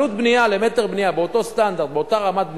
עלות בנייה למטר בנייה באותו סטנדרט באותה רמת בנייה,